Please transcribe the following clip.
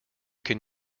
can